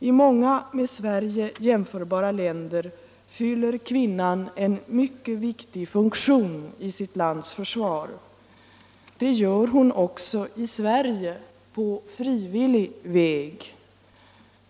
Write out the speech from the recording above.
I många med Sverige jämförbara länder fyller kvinnan en mycket viktig funktion i sitt lands försvar. Det gör hon också i Sverige —- på frivillig väg.